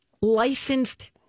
licensed